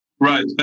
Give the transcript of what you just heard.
right